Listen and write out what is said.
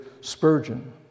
Spurgeon